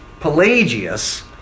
Pelagius